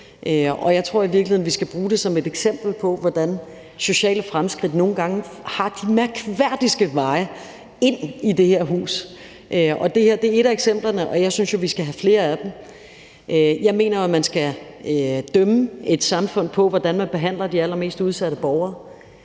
vi skal bruge det som et eksempel på, hvordan sociale fremskridt nogle gange har de mærkværdigste veje ind i det her hus. Det her er et af eksemplerne, og jeg synes jo, vi skal have flere af dem. Jeg mener, at man skal dømme et samfund på, hvordan man behandler de allermest udsatte borgere.